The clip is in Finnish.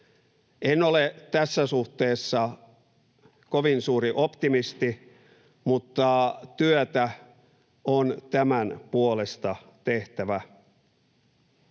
En ole tässä suhteessa kovin suuri optimisti, mutta työtä on tämän puolesta tehtävä.